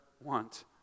want